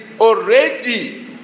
already